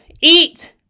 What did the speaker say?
eat